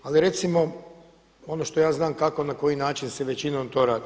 Ali recimo ono što ja znam kako i na koji način se većinom to radi.